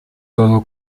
todo